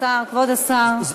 כבוד השר.